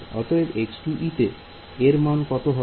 অতএব তে এর মান কত হবে